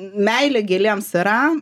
meilė gėlėms yra